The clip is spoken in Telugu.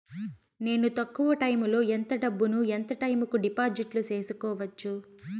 నేను తక్కువ టైములో ఎంత డబ్బును ఎంత టైము కు డిపాజిట్లు సేసుకోవచ్చు?